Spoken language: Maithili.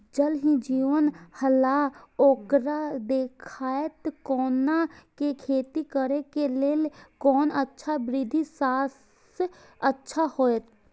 ज़ल ही जीवन छलाह ओकरा देखैत कोना के खेती करे के लेल कोन अच्छा विधि सबसँ अच्छा होयत?